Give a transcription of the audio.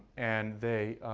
and they